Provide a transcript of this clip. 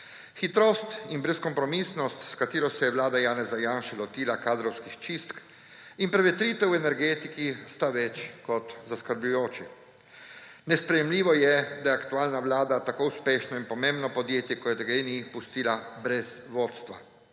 Hitrost in brezkompromisnost, s katero se je vlada Janeza Janše lotila kadrovskih čistk, in prevetritev v energetiki sta več kot zaskrbljujoči. Nesprejemljivo je, da je aktualna vlada tako uspešno in pomembno podjetje, kot je Gen-I, pustila brez vodstva.